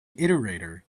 iterator